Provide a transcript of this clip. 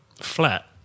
flat